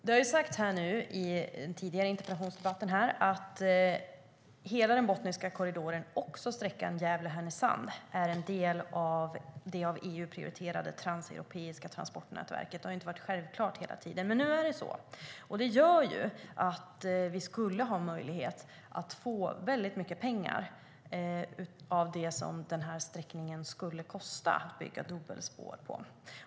Det har sagts tidigare i denna interpellationsdebatt att hela Botniska korridoren, också sträckan Gävle-Härnösand, är en del av det av EU prioriterade transeuropeiska transportnätverket. Det har inte varit självklart hela tiden, men nu är det så. Det gör att vi skulle ha möjlighet att få väldigt mycket pengar för att bygga dubbelspår på den här sträckningen.